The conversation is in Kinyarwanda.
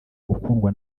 ukundwa